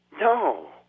No